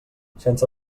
sense